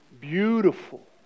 beautiful